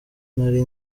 nari